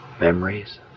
memories